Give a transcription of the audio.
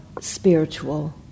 spiritual